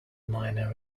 minor